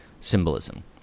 symbolism